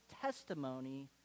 testimony